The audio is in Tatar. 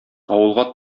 авылга